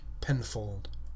Penfold